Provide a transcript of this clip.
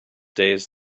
days